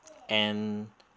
and